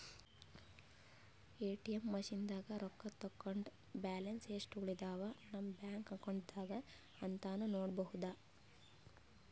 ATM ಮಷಿನ್ದಾಗ್ ರೊಕ್ಕ ತಕ್ಕೊಂಡ್ ಬ್ಯಾಲೆನ್ಸ್ ಯೆಸ್ಟ್ ಉಳದವ್ ನಮ್ ಬ್ಯಾಂಕ್ ಅಕೌಂಟ್ದಾಗ್ ಅಂತಾನೂ ನೋಡ್ಬಹುದ್